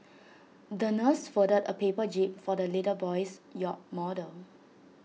the nurse folded A paper jib for the little boy's yacht model